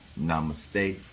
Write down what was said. namaste